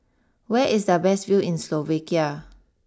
where is the best view in Slovakia